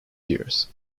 years